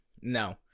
No